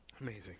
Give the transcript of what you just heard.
Amazing